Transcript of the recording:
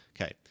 Okay